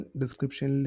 description